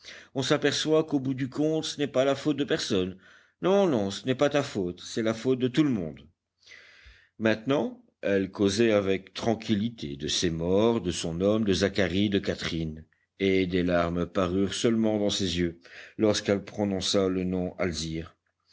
on s'aperçoit qu'au bout du compte ce n'est la faute de personne non non ce n'est pas ta faute c'est la faute de tout le monde maintenant elle causait avec tranquillité de ses morts de son homme de zacharie de catherine et des larmes parurent seulement dans ses yeux lorsqu'elle prononça le nom